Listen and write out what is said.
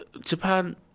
Japan